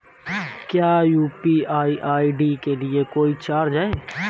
क्या UPI ID के लिए कोई चार्ज है?